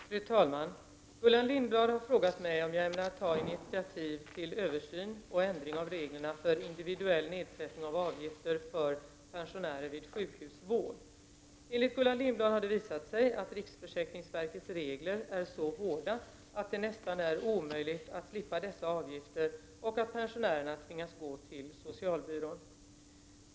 Fru talman! Gullan Lindblad har frågat mig om jag ämnar ta initiativ till en översyn och ändring av reglerna för individuell nedsättning av avgifter för pensionärer vid sjukhusvård. Enligt Gullan Lindblad har det visat sig att riksförsäkringsverkets regler är så hårda att det nästan är omöjligt att slippa dessa avgifter och att pensionärerna tvingas gå till socialbyrån.